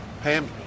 Pam